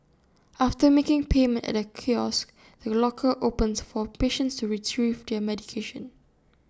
after making payment at A kiosk the locker opens for patients to Retrieve their medication